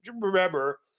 remember